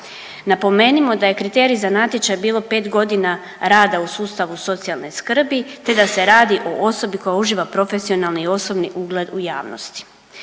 Napomenimo da je kriterij za natječaj bilo 5 godina rada u sustavu socijalne skrbi, te da se radi o osobi koja uživa profesionalni i osobni ugled u javnosti.